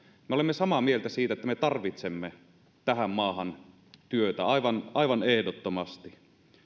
me olemme samaa mieltä siitä että me tarvitsemme tähän maahan työtä aivan aivan ehdottomasti